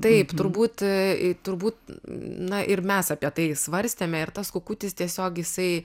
taip turbūt turbūt na ir mes apie tai svarstėme ir tas kukutis tiesiog jisai